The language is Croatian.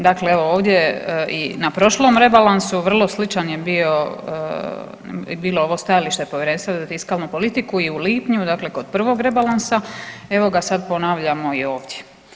Dakle, evo ovdje i na prošlom rebalansu vrlo sličan je bio, bilo ovom stajalište Povjerenstva za fiskalnu politiku i u lipnju, dakle kod prvog rebalansa, evo ga sad ponavljamo i ovdje.